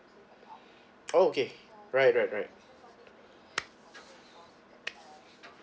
okay right right right